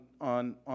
on